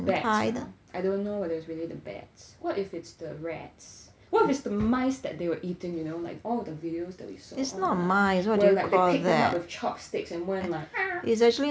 bat I don't know if it's really the bats what if it's the rats what if it's the mice that they were eating you know like all of the videos that we saw all had like they were like pick them up with chopsticks and went like !urgh!